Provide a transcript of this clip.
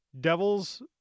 Devils